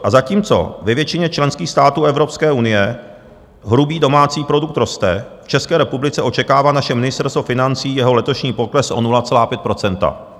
A zatímco ve většině členských států Evropské unie hrubý domácí produkt roste, v České republice očekává naše Ministerstvo financí jeho letošní pokles o 0,5 %.